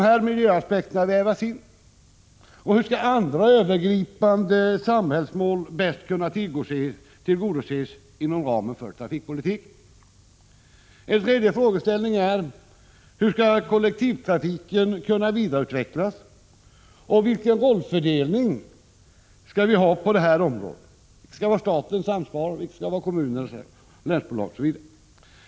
Hur skall vidare andra övergripande samhällsmål bäst kunna tillgodoses inom ramen för trafikpolitiken? En tredje fråga är: Hur skall kollektivtrafiken kunna vidareutvecklas, och vilken rollfördelning skall vi ha på detta område? Vilket ansvar skall staten resp. kommunerna ha osv.?